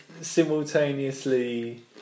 simultaneously